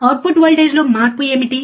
output వోల్టేజ్లో మార్పు ఏమిటి